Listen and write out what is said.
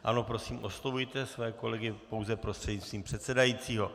Ano, prosím, oslovujte své kolegy pouze prostřednictví předsedajícího.